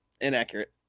inaccurate